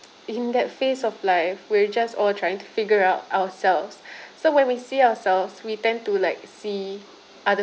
in that phase of life we're just all trying to figure out ourselves so when we see ourselves we tend to like see other